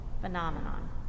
phenomenon